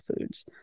foods